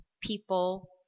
people